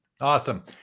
Awesome